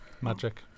Magic